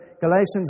Galatians